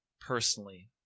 personally